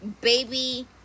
baby